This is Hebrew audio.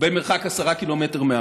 במרחק 10 קילומטר מהחוף.